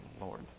Lord